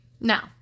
now